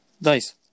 Nice